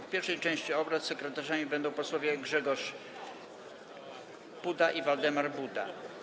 W pierwszej części obrad sekretarzami będą posłowie Grzegorz Puda i Waldemar Buda.